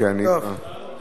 קריאה ראשונה.